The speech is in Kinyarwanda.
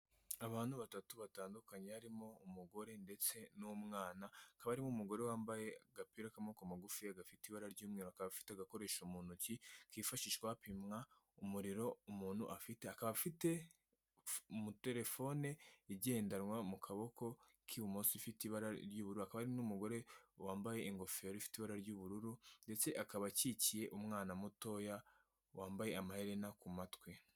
Abantu batatu batandukanye barimo umugore ndetse n'umwana hakaba harimo umugore wambaye agapira k'amaboko magufi gafite ibara ry'umweru akaba afite agakoresho mu ntoki kifashishwa hapimwa umuriro umuntu afite, akaba afite terefone igendanwa mu kaboko k'ibumoso ifite ibara ry'ubururu n'umugore wambaye ingofero ifite ibara ry'ubururu ndetse akaba akikiye umwana mutoya wambaye amaherena ku matwi.